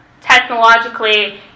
technologically